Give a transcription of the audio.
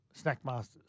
Snackmasters